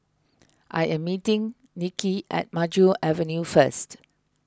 I am meeting Nikki at Maju Avenue first